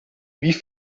wie